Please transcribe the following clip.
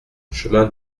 chemin